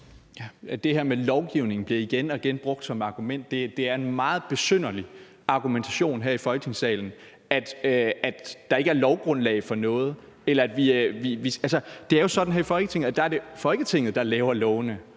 Det her med lovgivning bliver igen og igen brugt som argument. Det er en meget besynderlig argumentation her i Folketingssalen, at der ikke er lovgrundlag for noget. Altså, det er jo sådan her i Folketinget, at det er Folketinget, der laver lovene,